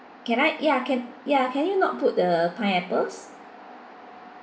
can I ya can ya can you not put the pineapples